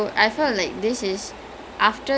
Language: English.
ya how about you mm